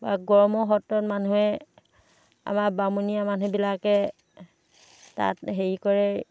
বা গড়মূৰ সত্ৰত মানুহে আমাৰ বামুণীয়া মানুহবিলাকে তাত হেৰি কৰে